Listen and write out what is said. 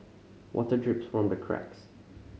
water drips from the cracks